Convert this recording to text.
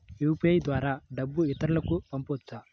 UPI ద్వారా డబ్బు ఇతరులకు పంపవచ్చ?